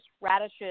Radishes